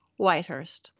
Whitehurst